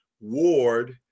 Ward